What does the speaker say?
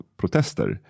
protester